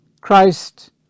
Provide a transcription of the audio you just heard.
Christ